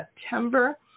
September